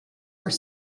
were